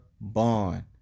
Bond